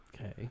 Okay